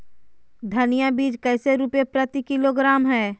धनिया बीज कैसे रुपए प्रति किलोग्राम है?